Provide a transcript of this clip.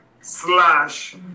slash